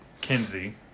Kinsey